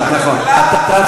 לא לראש הממשלה, נכון, אתה צודק.